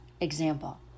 Example